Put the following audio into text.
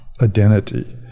identity